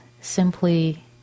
simply